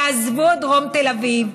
יעזבו את דרום תל אביב,